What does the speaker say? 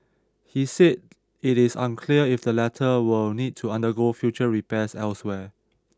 he said it is unclear if the latter will need to undergo future repairs elsewhere